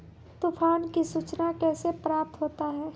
तुफान की सुचना कैसे प्राप्त होता हैं?